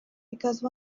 because